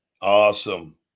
Awesome